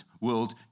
world